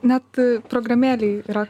net programėlėj yra